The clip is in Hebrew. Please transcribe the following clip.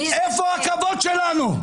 איפה הכבוד שלנו?